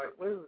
right